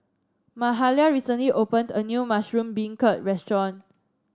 Mahalia recently opened a new Mushroom Beancurd restaurant